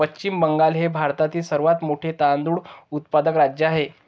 पश्चिम बंगाल हे भारतातील सर्वात मोठे तांदूळ उत्पादक राज्य आहे